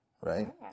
Right